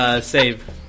save